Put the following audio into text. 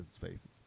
faces